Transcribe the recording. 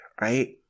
right